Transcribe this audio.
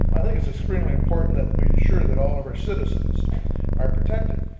i think it's extremely important that we ensure that all of our citizens are protected.